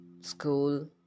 school